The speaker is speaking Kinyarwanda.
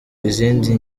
izindi